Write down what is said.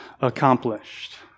accomplished